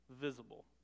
visible